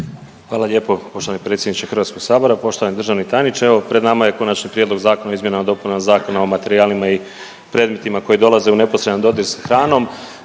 Hvala lijepo poštovani predsjedniče HS. Poštovani državni tajniče, evo pred nama je Konačni prijedlog zakona o izmjenama i dopunama Zakona o materijalima i predmetima koji dolaze u neposredan dodir s hranom.